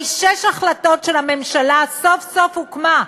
שש החלטות של הממשלה סוף-סוף הוקמה,